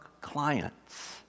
clients